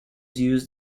used